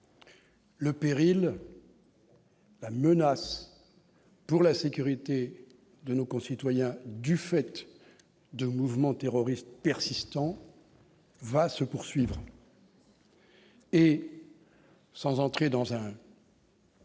Le péril. La menace pour la sécurité de nos concitoyens, du fait de mouvement terroristes persistant. Va se poursuivre. Sans entrer dans un.